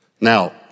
Now